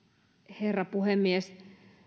herra puhemies